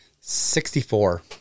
Sixty-four